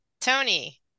tony